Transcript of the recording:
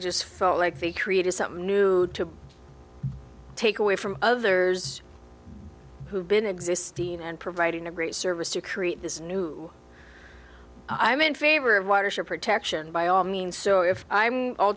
just felt like they created something new to take away from others who have been existing and providing a great service to create this new i'm in favor of watership protection by all means so if i'm